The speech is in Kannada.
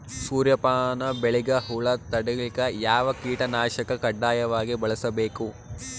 ಸೂರ್ಯಪಾನ ಬೆಳಿಗ ಹುಳ ತಡಿಲಿಕ ಯಾವ ಕೀಟನಾಶಕ ಕಡ್ಡಾಯವಾಗಿ ಬಳಸಬೇಕು?